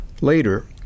Later